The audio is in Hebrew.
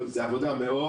זאת עבודה מאוד